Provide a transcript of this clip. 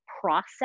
process